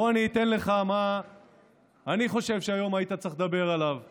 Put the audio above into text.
בוא אני אומר לך מה אני חושב שהיית צריך לדבר עליו היום.